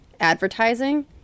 advertising